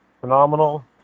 phenomenal